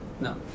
No